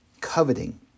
coveting